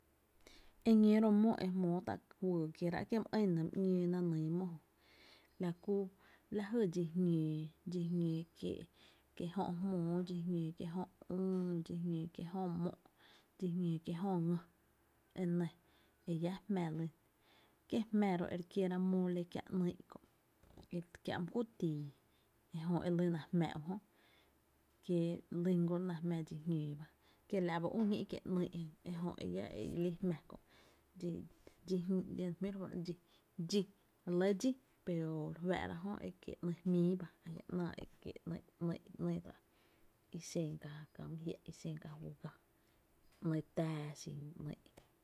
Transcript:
E ñöö ro’ mó e jmóó tá’ juyy kierá’ kie’ my ɇn nɇ my ‘ñóo na nyy mó la kú lajy dxi jñóo, dxi jñóo kiee’ jö jmóo, dxi jñóo kiee’ jö üü dxi jñóo kiéé’ jö mo’, dxi jñóo kiee’ jö’ ngy e nɇ e llá jmá lyna, kié’ jmä ro e re kiera mole kiä’ ‘nyy’ kö’ kiä’ my kuyy tii ejö elyna jmá ujö, kie’ lyn goro ná jmá dxi jñóo ba, kiela’ ba üü ñí’ kie’ ‘nyy’ kö, ejö e llá lii’ jmá kö’ dxi dxi dxi jmí’ re fá’n ú, dxi e re lɇ dxí pero re fáá’ra jö e kiee’ ‘nyy’ jmíi ba ajia’ ‘naa e kie’ jyn ‘nyy’ i xen kää my jiá’ ‘nyy’ tⱥⱥ xin ‘nýy’ i.